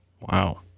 Wow